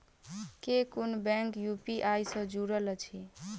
केँ कुन bank UPI सँ जुड़ल अछि?